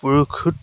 পৰিশোধ